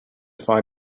find